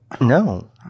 No